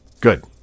Good